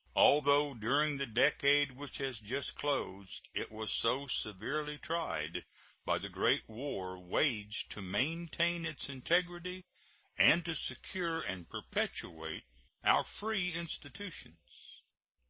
although during the decade which has just closed it was so severely tried by the great war waged to maintain its integrity and to secure and perpetuate our free institutions.